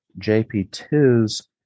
JP2's